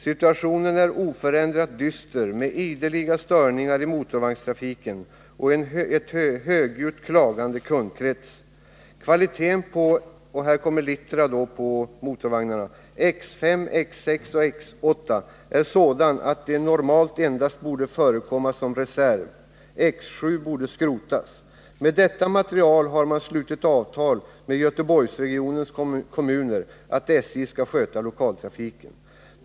Situationen är oförändrat dyster med ideliga störningar i motorvagnstrafiken och en högljutt klagande kundkrets. Kvalitén på”, här kommer littera på motorvagnarna, ”X 5, X 6, X 8 är sådan att de normalt endast borde förekomma som reserv. X 7 borde skrotas. Med detta material har man slutit avtal med göteborgsregionens kommuner, att SJ skall sköta lokaltrafiken.